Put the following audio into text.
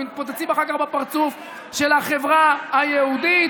והם מתפוצצים אחר כך בפרצוף של החברה היהודית.